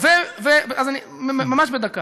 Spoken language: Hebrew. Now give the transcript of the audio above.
אז ממש בדקה,